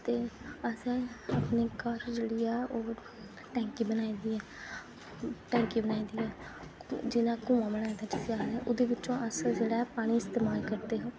ते असें अपने घर जेह्ड़ी ऐ ओह् टैंकी बनाई दी ऐ टैंकी बनाई दी ऐ जि'यां कुआं बनाए दा ओह्दे बिचूं अस जेहड़ा ऐ पानी इस्तेमाल करदे हे